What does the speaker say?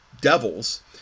devils